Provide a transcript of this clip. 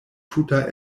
tuta